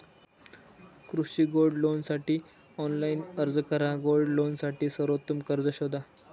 कृषी गोल्ड लोनसाठी ऑनलाइन अर्ज करा गोल्ड लोनसाठी सर्वोत्तम कर्ज शोधा